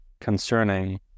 concerning